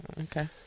Okay